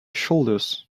shoulders